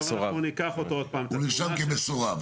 הוא נרשם כמסורב?